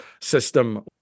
system